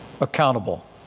accountable